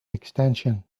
extension